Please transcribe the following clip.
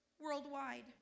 worldwide